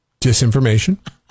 disinformation